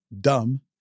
dumb